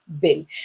Bill